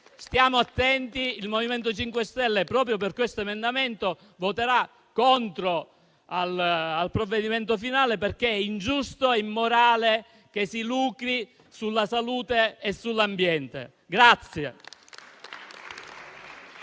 stare attenti. Il MoVimento 5 Stelle, proprio per questo emendamento, voterà contro il provvedimento, perché è ingiusto e immorale che si lucri sulla salute e sull'ambiente.